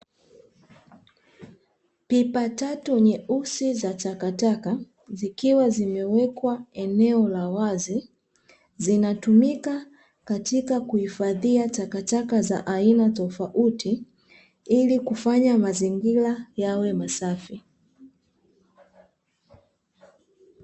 Pepa tatu nyeusi za takataka zikiwa zimewekwa eneo la wazi zinatumika katika kuhifadhia takataka za aina tofauti ili kufanya mazingira yawe masafi.